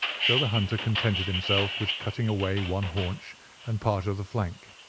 so the hunter contented himself with cutting away one haunch and part of the flank.